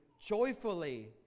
joyfully